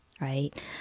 right